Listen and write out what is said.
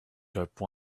dope